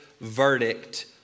verdict